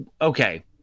Okay